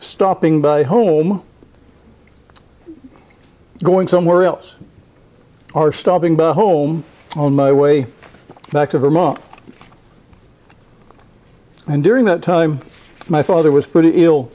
stopping by home going somewhere else are stopping by home on my way back to vermont and during that time my father was